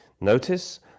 Notice